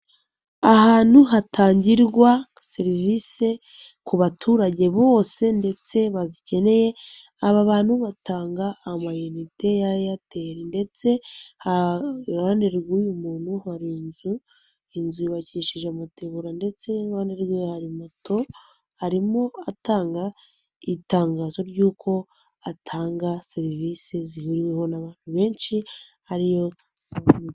Ahantu hatangirwa serivisi ku baturage bose ndetse bazikeneye. Aba bantu batanga amayinite ya Airtel ndetse iruhande rw'uyu muntu hari inzu. Inzu yubakishije amategura ndetse n'iruhande rwe hari moto arimo atanga itangazo ry'uko atanga serivisi zihuriweho n'abantu benshi ariyo...